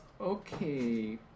Okay